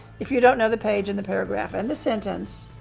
if you don't know the page, and the paragraph, and the sentence,